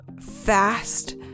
fast